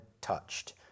touched